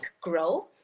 Grow